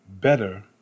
better